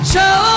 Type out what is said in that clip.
Show